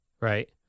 right